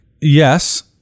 yes